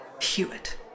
Hewitt